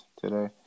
today